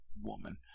woman